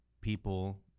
people